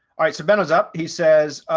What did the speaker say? alright, so ben was up, he says,